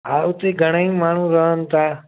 हा हुते घणेई माण्हू रहनि था